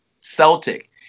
Celtic